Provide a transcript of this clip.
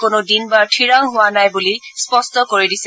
কোনো দিন বাৰ ঠিৰাং কৰা হোৱা নাই বুলি স্পষ্ট কৰি দিছে